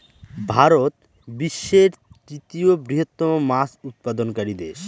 ভারত বিশ্বের তৃতীয় বৃহত্তম মাছ উৎপাদনকারী দেশ